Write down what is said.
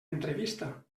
entrevista